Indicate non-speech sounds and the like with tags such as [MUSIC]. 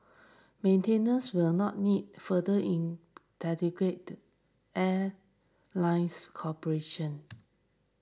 maintenance will not need further in [UNINTELLIGIBLE] airline's cooperation